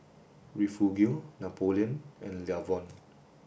Refugio Napoleon and Lavon